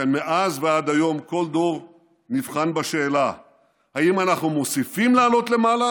מאז ועד היום כל דור נבחן בשאלה אם אנחנו מוסיפים לעלות למעלה